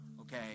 okay